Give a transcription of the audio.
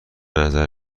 نظر